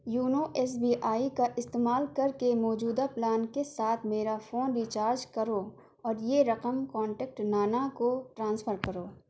YONO SBI کا استعمال کر کے موجودہ پلان کے ساتھ میرا فون ری چارج کرو اور یہ رقم کانٹیکٹ نانا کو ٹرانسفر کرو